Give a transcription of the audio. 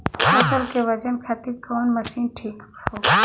फसल के वजन खातिर कवन मशीन ठीक होखि?